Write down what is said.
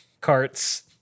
carts